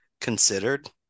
considered